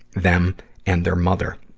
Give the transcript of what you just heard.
them and their mother.